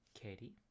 katie